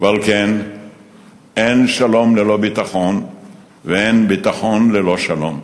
ועל כן אין שלום ללא ביטחון ואין ביטחון ללא שלום.